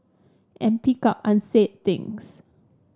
and pick up unsaid things